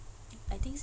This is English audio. I think